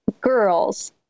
girls